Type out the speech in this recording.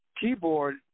keyboard